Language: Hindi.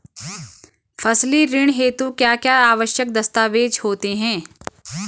फसली ऋण हेतु क्या क्या आवश्यक दस्तावेज़ होते हैं?